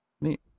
Neat